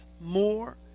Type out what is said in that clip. more